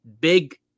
big